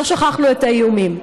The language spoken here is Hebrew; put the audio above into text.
לא שכחנו את האיומים.